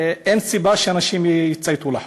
אין סיבה שאנשים יצייתו לחוק,